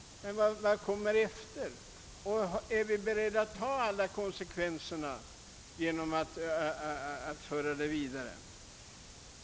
Men vad kommer sedan? Är vi beredda att ta konsekvenserna och gå vidare?